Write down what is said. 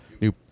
new